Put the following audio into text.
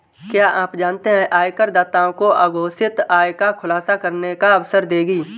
क्या आप जानते है आयकरदाताओं को अघोषित आय का खुलासा करने का अवसर देगी?